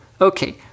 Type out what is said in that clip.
Okay